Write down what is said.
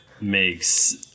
makes